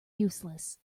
useless